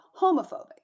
homophobic